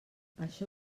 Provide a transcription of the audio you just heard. això